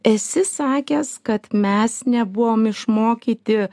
esi sakęs kad mes nebuvom išmokyti